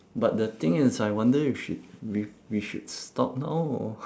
but the thing is I wonder if should we we should stop now or